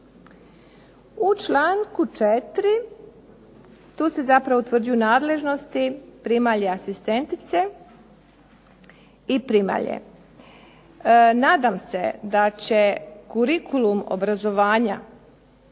U članku 4., tu se zapravo utvrđuju nadležnosti primalja asistentice i primalje. Nadam se da će kurikulum obrazovanja